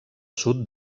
sud